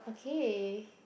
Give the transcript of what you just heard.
okay